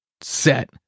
set